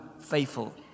faithful